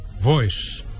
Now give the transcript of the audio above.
voice